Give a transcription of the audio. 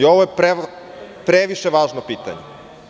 Ovo je previše važno pitanje.